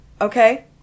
Okay